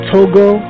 Togo